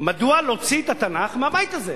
מדוע להוציא את התנ"ך מהבית הזה.